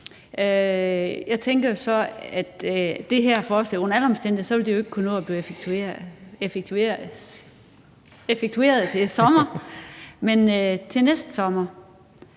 Jeg tænker så, at det her forslag under alle omstændigheder ikke ville kunne nå at blive effektueret til sommer, men til næste sommer.